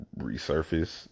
resurface